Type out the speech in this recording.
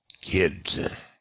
kids